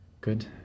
good